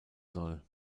soll